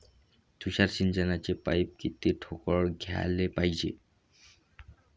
तुषार सिंचनाचे पाइप किती ठोकळ घ्याले पायजे?